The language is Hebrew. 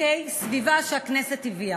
חיקוקי סביבה שהכנסת הביאה.